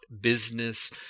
business